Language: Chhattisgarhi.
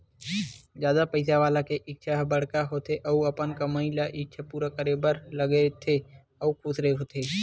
जादा पइसा वाला के इच्छा ह बड़का होथे अउ अपन कमई ल इच्छा पूरा करे बर लगाथे अउ खुस होथे